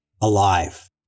alive